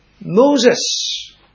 Moses